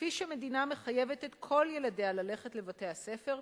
כפי שמדינה מחייבת את כל ילדיה ללכת לבתי-הספר,